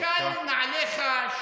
של נעליך,